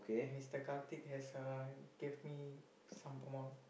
Mister-Karthik has uh give me some amount